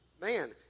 man